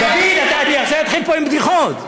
דוד, אני עכשיו אתחיל פה עם בדיחות.